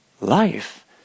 life